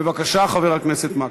בבקשה, חבר הכנסת מקלב.